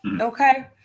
Okay